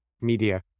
media